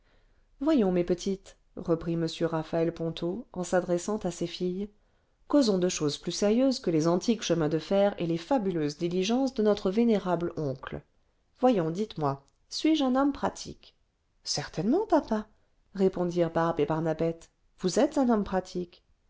voyons mes petites reprit m raphaël ponto en s'adressant à ses filles causons de choses plus sérieuses que les antiques chemins de fer et les fabuleuses diligences de notre vénérable oncle voyons ditesmoi suis-je un homme pratique certainement papa répondirent barbe et barnabette vous êtes un homme pratique